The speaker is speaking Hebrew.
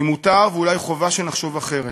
כי מותר ואולי חובה שנחשוב אחרת,